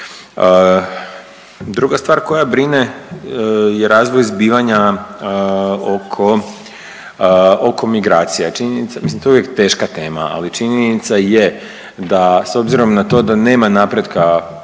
Druga stvar koja brine je razvoj zbivanja oko migracija. Činjenica, mislim to je uvijek teška tema, ali činjenica je da s obzirom na to da nema napretka